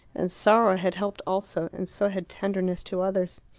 and sorrow had helped also, and so had tenderness to others.